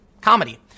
comedy